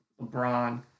LeBron